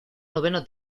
noveno